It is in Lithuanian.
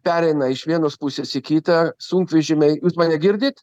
pereina iš vienos pusės į kitą sunkvežimiai jūs mane girdit